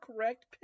correct